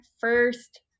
first